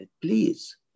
Please